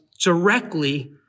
directly